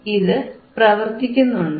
ഇത് പ്രവർത്തിക്കുന്നുണ്ട്